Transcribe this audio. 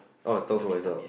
oh talk to myself